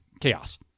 Chaos